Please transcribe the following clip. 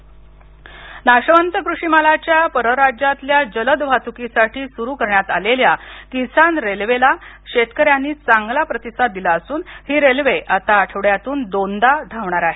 किसान railway Nashik नाशवंत कृषी मालाच्या परराज्यातल्या जलद वाहतुकीसाठी सुरू करण्यात आलेल्या किसान रेल्वेला शेतकऱ्यांनी चांगला प्रतिसाद दिला असून ही रेल्वे आता आठवड्यातून दोनदा धावणार आहे